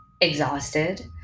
exhausted